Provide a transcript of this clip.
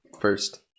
first